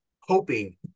hoping